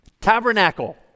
Tabernacle